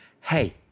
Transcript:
hey